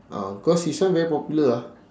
ah cause his one very popular ah